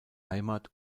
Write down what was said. heimat